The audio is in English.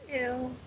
Ew